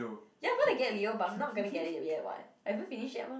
ya I'm gonna get a Leo but I'm not gonna get it yet [what] I haven't finish yet mah